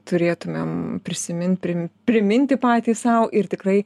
turėtumėm prisiminti priminti priminti patys sau ir tikrai